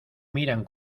miran